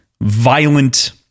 violent